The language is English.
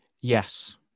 Yes